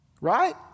right